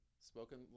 spoken